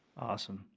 Awesome